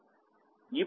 ఇప్పుడు అది Xeq 0